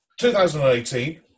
2018